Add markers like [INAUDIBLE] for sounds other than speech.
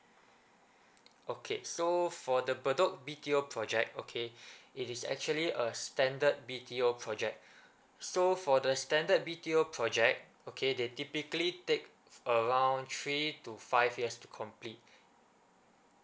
okay so for the bedok B_T_O project okay [BREATH] it is actually a standard B_T_O project [BREATH] so for the standard B_T_O project okay they typically take around three to five years to complete